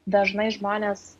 dažnai žmonės